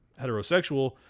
heterosexual